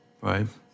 Five